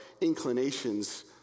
inclinations